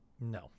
No